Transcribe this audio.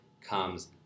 comes